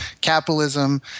capitalism